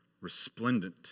resplendent